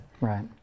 Right